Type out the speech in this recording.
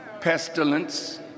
pestilence